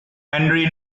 henry